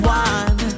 one